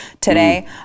today